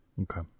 okay